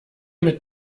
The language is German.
mit